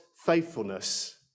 faithfulness